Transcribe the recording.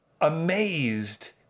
amazed